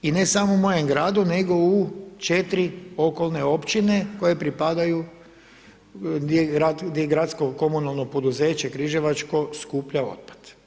I ne samo u mojem gradu, nego u 4 okolne općine, koje pripadaju, gdje je gradsko komunalno poduzeće Križevačko skupljalo otpad.